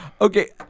Okay